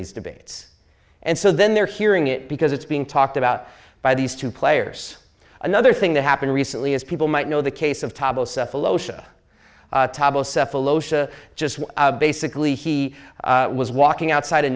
these debates and so then they're hearing it because it's being talked about by these two players another thing that happened recently as people might know the case of fellowship just basically he was walking outside